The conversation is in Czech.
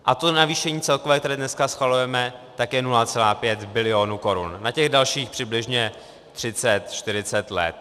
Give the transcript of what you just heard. A to navýšení celkové, které dneska schvalujeme, tak je 0,5 bilionu korun na těch dalších přibližně třicet, čtyřicet let.